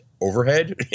overhead